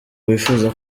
wifuza